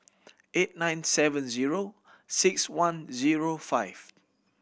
eight nine seven zero six one zero five